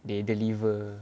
they deliver